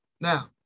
Now